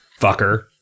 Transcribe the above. fucker